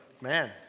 Man